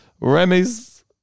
Remy's